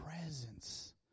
presence